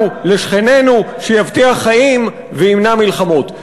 לנו, לשכנינו, שיבטיח חיים וימנע מלחמות.